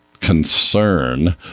concern